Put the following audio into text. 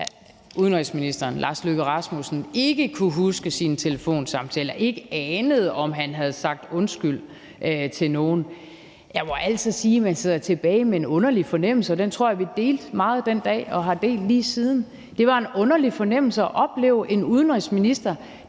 udenrigsministeren ikke kunne huske sine telefonsamtaler og ikke anede, om han havde sagt undskyld til nogen. Jeg må altså sige, at man sidder tilbage med en underlig fornemmelse, og den tror jeg vi delte meget den dag og har delt lige siden. Det var en underlig fornemmelse at opleve en udenrigsminister,